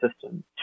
system